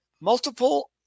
multiple